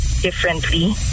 differently